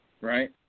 Right